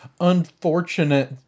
unfortunate